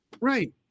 Right